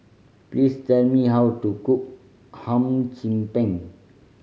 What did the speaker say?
please tell me how to cook Hum Chim Peng